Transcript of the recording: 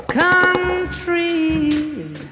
countries